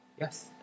Yes